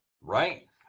Right